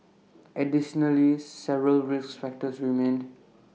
additionally several risk factors remained